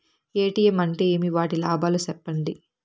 ATM అంటే ఏమి? వాటి లాభాలు సెప్పండి?